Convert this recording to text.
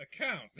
account